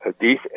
Hadith